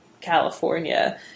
California